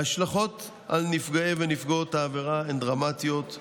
ההשלכות על נפגעי ונפגעות העבירה הן דרמטיות,